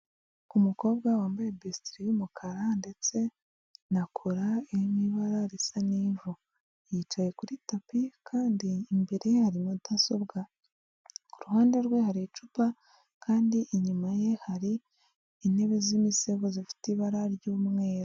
umukobwa wambaye bestle yumukara ndetse nakora ifite ibara risa n'ivu yicaye kuri tapi kandi imbere hari mudasobwa kuruhande rwe hari icupa kandi inyuma ye hari intebe z'imisego zifite ibara ry'umweru